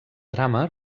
drama